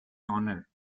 honor